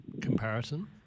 comparison